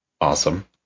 Awesome